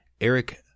Eric